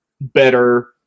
better